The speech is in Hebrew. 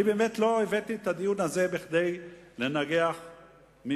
אני באמת לא הבאתי את הדיון הזה כדי לנגח מישהו.